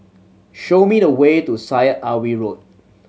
show me the way to Syed Alwi Road